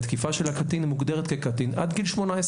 התקיפה של הקטין מוגדרת כקטין עד גיל 18,